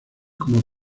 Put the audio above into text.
como